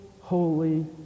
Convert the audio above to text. holy